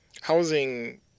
housing